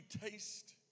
taste